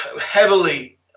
heavily